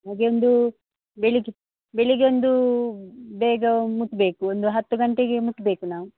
ಹಾಗೇ ಒಂದು ಬೆಳಿಗ್ಗೆ ಬೆಳಿಗ್ಗೆ ಒಂದು ಬೇಗ ಮುಟ್ಬೇಕು ಒಂದು ಹತ್ತು ಗಂಟೆಗೆ ಮುಟ್ಟಬೇಕು ನಾವು